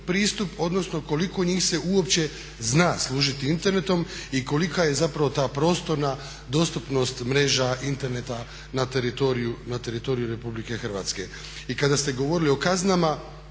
pristup, odnosno koliko njih se uopće zna služiti internetom i kolika je zapravo ta prostorna dostupnost mreža interneta na teritoriju RH. I kada ste govorili o kaznama